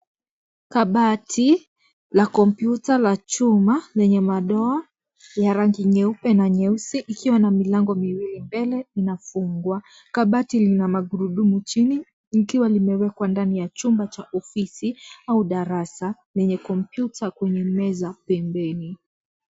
Kabati na kompyuta la chuma lenye madoa ya rangi nyeupe na nyeusi ikiwa ma milango miwili mbele inafungwa kabati lina gurudumu chini ikiwa imewekwa ndani ya chuma cha ofisi au darasa lenye kompyuta kwenye meza pembani.